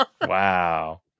Wow